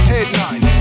Headline